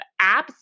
apps